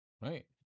right